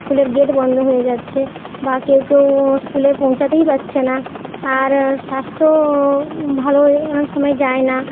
স্কুলের গেট বন্ধ হয়ে যাচ্ছে বা কেউ কেউ স্কুলে পৌঁছাতেই পাচ্ছে না আর স্বাস্থ্য ভালো অনেক সময় যায় না